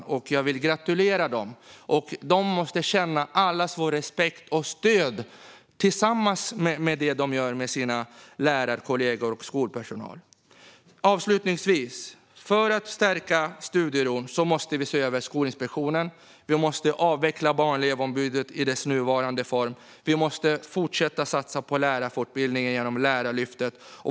Jag vill gratulera dem. De måste känna allas vår respekt och vårt stöd för det de gör tillsammans med sina lärarkollegor och skolpersonalen. Avslutningsvis: För att stärka studieron måste vi se över Skolinspektionen. Vi måste avveckla Barn och elevombudet i dess nuvarande form. Vi måste fortsätta att satsa på lärarfortbildningen genom Lärarlyftet.